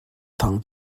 thang